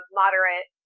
moderate